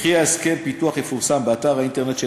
וכי הסכם הפיתוח יפורסם באתר האינטרנט של